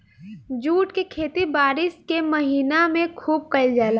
jute के खेती बारिश के महीना में खुब कईल जाला